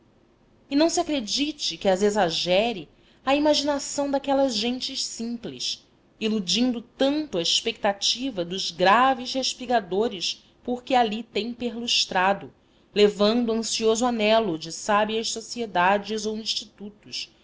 e não se acredite que as exagere a imaginação daquelas gentes simples iludindo tanto a expectativa dos graves respingadores que por ali têm perlustrado levando ansioso anelo de sábias sociedades ou institutos